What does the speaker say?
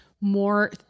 more